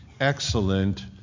excellent